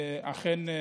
אכן,